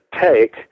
take